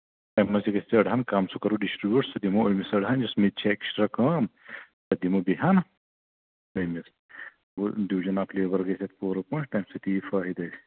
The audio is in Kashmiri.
تَمہِ منٛز تہِ گژھِ ژےٚ أڑ ہن کَم سُہ کَرو ڈِسٹرٛبیوٗٹ سُہ دِمو أمِس أڑ ہن یُس مےٚ تہِ چھِ اٮ۪کٕسٹرٛا کٲم پَتہٕ دِمو بیٚیہِ ہن تٔمِس گوٚو ڈِوِجن آف لیبر گژھِ اَتھ پوٗرٕ پٲٹھۍ تَمہِ سۭتۍ یی فٲہدٕ اَسہِ